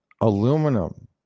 aluminum